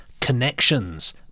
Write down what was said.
Connections